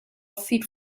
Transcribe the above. feed